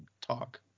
talk